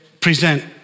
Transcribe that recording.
present